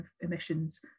emissions